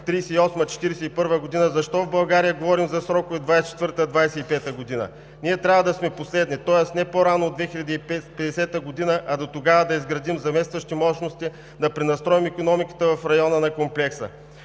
2041 г., защо в България говорим за срокове – 2024 – 2025 г.? Ние трябва да сме последни. Тоест не по-рано от 2050 г., а дотогава да изградим заместващи мощности, да пренастроим икономиката в района на комплекса.